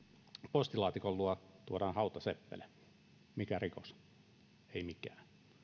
postilaatikon luo tuodaan hautaseppele mikä rikos ei mikään